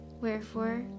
Wherefore